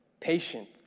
Patient